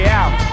out